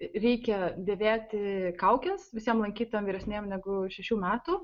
reikia dėvėti kaukes visiem lankytojam vyresniem negu šešių metų